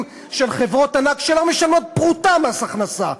של חברות ענק שלא משלמות פרוטה מס הכנסה.